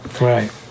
Right